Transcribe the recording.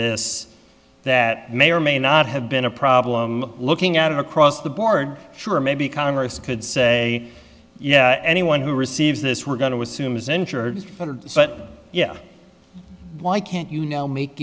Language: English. this that may or may not have been a problem looking out across the board sure maybe congress could say yeah anyone who receives this we're going to assume is injured but yeah why can't you now make